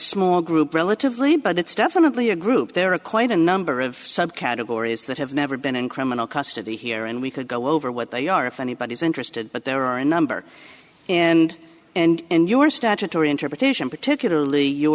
small group relatively but it's definitely a group there are quite a number of subcategories that have never been in criminal custody here and we could go over what they are if anybody's interested but there are a number and and your statutory interpretation particularly you